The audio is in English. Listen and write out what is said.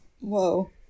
Whoa